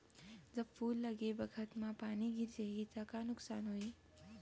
जब फूल लगे बखत म पानी गिर जाही त का नुकसान होगी?